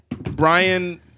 Brian